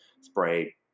spray